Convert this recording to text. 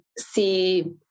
see